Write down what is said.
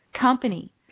company